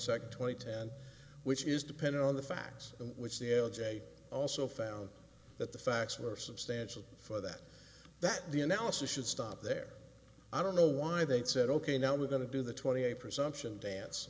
second twenty ten which is dependent on the facts which the l j also found that the facts were substantial for that that the analysis should stop there i don't know why they said ok now we're going to do the twenty a presumption dance